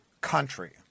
country